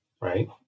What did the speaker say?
right